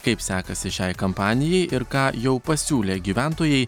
kaip sekasi šiai kampanijai ir ką jau pasiūlė gyventojai